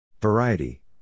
Variety